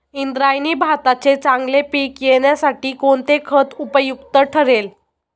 इंद्रायणी भाताचे चांगले पीक येण्यासाठी कोणते खत उपयुक्त ठरेल?